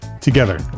together